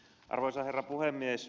arvoisa herra puhemies